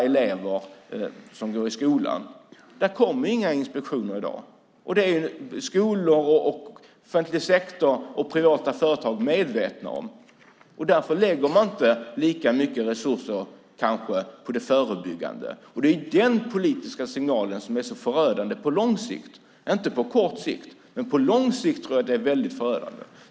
Det kommer inga inspektioner i dag. Det är man i skolor, offentlig sektor och privata företag medveten om. Därför lägger man kanske inte lika mycket resurser på det förebyggande. Det är den politiska signalen som är så förödande på lång sikt - inte på kort sikt, men på lång sikt tror jag att den är väldigt förödande.